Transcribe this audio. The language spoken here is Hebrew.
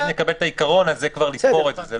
אם נקבל את העיקרון, אז יש כבר לתפור את זה.